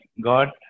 God